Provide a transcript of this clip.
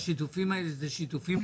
אתה יודע שזה יעלה לך סכום מסוים,